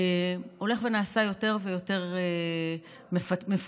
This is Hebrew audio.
הולך ונעשה יותר ויותר מפוצל,